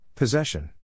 Possession